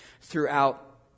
throughout